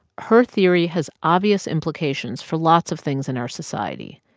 her theory has obvious implications for lots of things in our society,